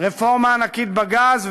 רפורמה ענקית בגז,